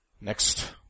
next